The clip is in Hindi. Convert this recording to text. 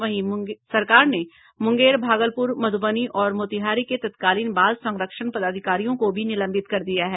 वहीं सरकार ने मुंगेर भागलपुर मधुबनी और मोतिहारी के तत्कालीन बाल संरक्षण पदाधिकारियों को भी निलंबित कर दिया है